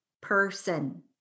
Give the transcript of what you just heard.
Person